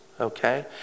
okay